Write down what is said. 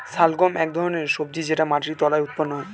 শালগম এক ধরনের সবজি যেটা মাটির তলায় উৎপন্ন হয়